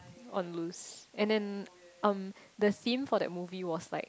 on loose and then um the theme for that movie was like